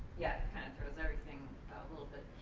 yeah kind of throws everything a little bit,